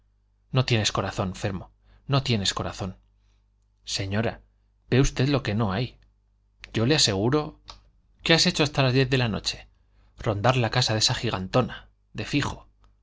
no tienes corazón fermo no tienes corazón señora ve usted lo que no hay yo le aseguro qué has hecho hasta las diez de la noche rondar la casa de esa gigantona de fijo